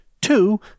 Two